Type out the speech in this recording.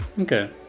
Okay